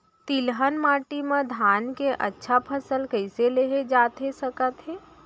तिलहन माटी मा धान के अच्छा फसल कइसे लेहे जाथे सकत हे?